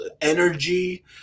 energy